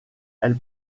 elle